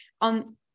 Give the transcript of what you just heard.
on